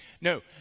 no